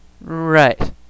Right